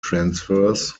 transfers